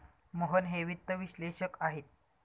मोहन हे वित्त विश्लेषक आहेत